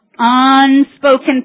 unspoken